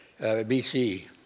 BC